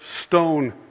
stone